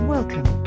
Welcome